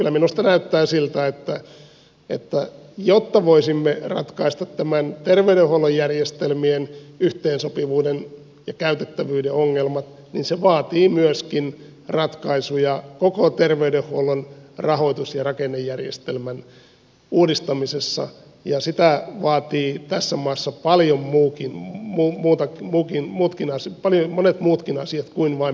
kyllä minusta näyttää siltä että jotta voisimme ratkaista tämän terveydenhuollon järjestelmien yhteensopivuuden ja käytettävyyden ongelmat se vaatii myöskin ratkaisuja koko terveydenhuollon rahoitus ja rakennejärjestelmän uudistamisessa ja sitä vaatii tässä maassa paljon pukki ei ota kaikki muutkin ase oli monet muutkin asiat kuin vain pelkästään ict järjestelmä